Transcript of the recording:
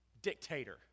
Dictator